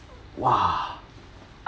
!wah!